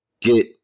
get